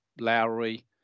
Lowry